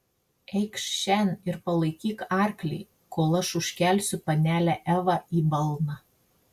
eikš šen ir palaikyk arklį kol aš užkelsiu panelę evą į balną